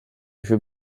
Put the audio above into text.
jeu